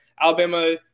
Alabama